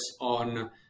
on